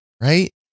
right